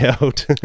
out